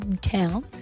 town